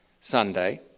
Sunday